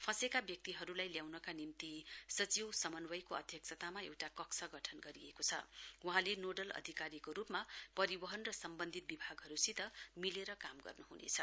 फंसेका व्यक्तिहरूलाई ल्याउनका निम्ति सचिव समन्वयको अध्यक्षतामा एउटा कक्ष गठन गरिएको छ वहाँले नोडेल अधिकारीको रूपमा परिवहन र सम्बन्धित विभागहरूसित मिलेर काम गर्नु हुनेछ